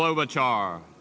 global char